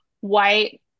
white